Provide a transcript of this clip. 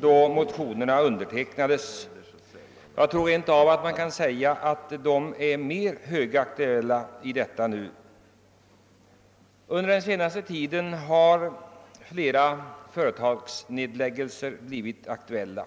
då motionerna undertecknades. Jag tror rent av man kan säga att den är mer högaktuell i detta nu. Under den senaste tiden har flera företagsnedläggelser förekommit.